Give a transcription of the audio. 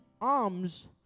arms